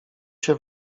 się